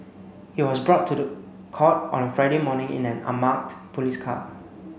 he was brought to the court on Friday morning in an unmarked police car